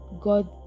god